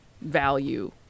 value